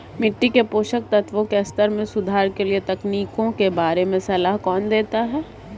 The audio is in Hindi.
मिट्टी के पोषक तत्वों के स्तर में सुधार के लिए तकनीकों के बारे में सलाह कौन देता है?